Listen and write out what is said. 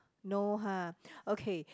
no ha okay